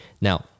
Now